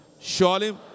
Surely